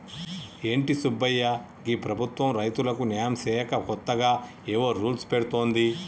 ఏంటి సుబ్బయ్య గీ ప్రభుత్వం రైతులకు న్యాయం సేయక కొత్తగా ఏవో రూల్స్ పెడుతోంది